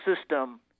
system